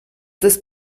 des